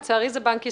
לצערי זה בנק ישראל.